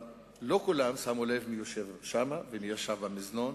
אבל לא כולם שמו לב מי יושב שם, ומי ישב במזנון.